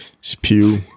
spew